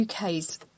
UK's